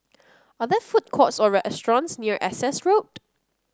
are there food courts or restaurants near Essex Road